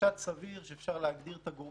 אם אפשר את החוק